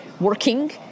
working